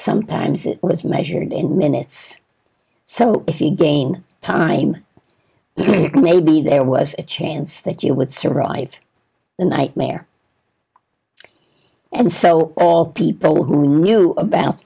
sometimes it was measured in minutes so if you gain time maybe there was a chance that you would survive the nightmare and so people who knew about